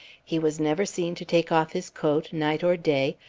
he was never seen to take off his coat night or day,